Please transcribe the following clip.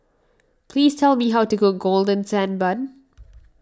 please tell me how to cook Golden Sand Bun